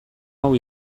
hau